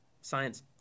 science